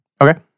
Okay